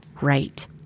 right